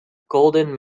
golden